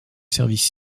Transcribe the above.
service